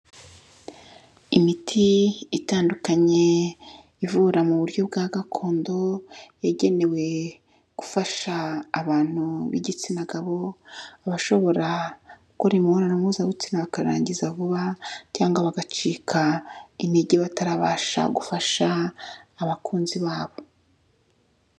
Imiti itandukanye ivura mu buryo bwa gakondo, yagenewe gufasha abantu bigitsina gabo, abashobora gukora imibonano mpuzabitsina bakarangiza vuba cyangwa bagacika intege batarabasha gufasha abakunzi babo.